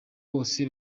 bose